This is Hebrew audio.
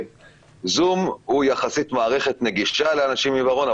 זום היא מערכת יחסית נגישה לאנשים עם עיוורון,